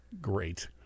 Great